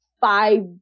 five